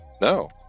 no